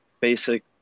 basic